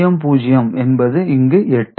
1 0 என்பது இங்கு 4 1 0 0 என்பது இங்கு 8